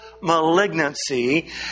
malignancy